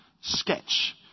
sketch